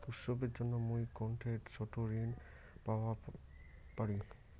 উৎসবের জন্য মুই কোনঠে ছোট ঋণ পাওয়া পারি?